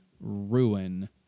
Ruin